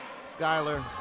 Skyler